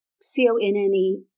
C-O-N-N-E